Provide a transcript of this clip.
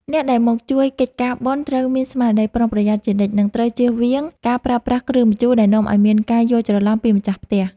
អ្នកដែលមកជួយកិច្ចការបុណ្យត្រូវមានស្មារតីប្រុងប្រយ័ត្នជានិច្ច និងត្រូវជៀសវាងការប្រើប្រាស់គ្រឿងម្ជូរដែលនាំឱ្យមានការយល់ច្រឡំពីម្ចាស់ផ្ទះ។